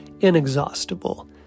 inexhaustible